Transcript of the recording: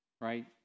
right